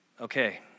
okay